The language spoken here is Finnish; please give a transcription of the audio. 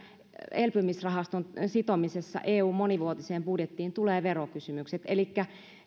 elpymisrahaston sitomisessa eun monivuotiseen budjettiin tulevat verokysymykset elikkä